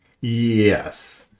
Yes